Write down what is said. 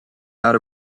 out